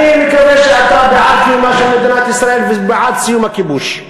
אני מקווה שאתה בעד קיומה של מדינת ישראל ובעד סיום הכיבוש.